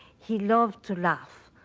he loved to laugh.